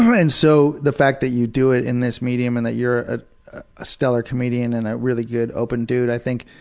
um and so the fact that you do it in this medium and that you're ah a stellar comedian and a really good, open dude, i think,